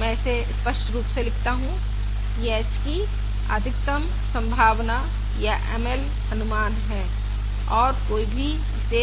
मैं इसे स्पष्ट रूप से लिखता हूं यह h की अधिकतम संभावना या ML अनुमान है और कोई भी इसे